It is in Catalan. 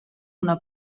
una